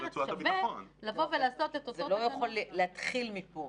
שווה לבוא ולעשות את אותו דבר -- זה לא יכול להתחיל מפה,